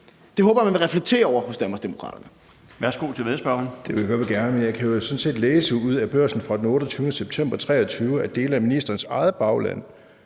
Det håber jeg man vil reflektere over hos Danmarksdemokraterne.